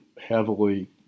heavily